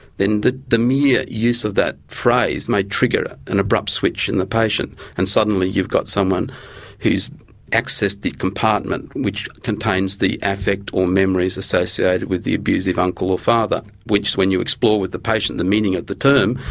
then the the mere use of that phrase may trigger an abrupt switch in the patient. and suddenly you've got someone who's accessed the compartment which contains the affect or memories associated with the abusive uncle or father, which when you explore with the patient, the meaning of the term,